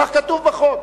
כך כתוב בחוק.